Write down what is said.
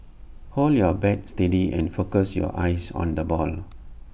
hold your bat steady and focus your eyes on the ball